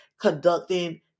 conducting